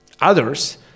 others